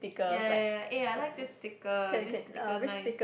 ya ya ya eh I like this sticker this sticker nice